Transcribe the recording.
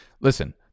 Listen